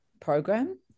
program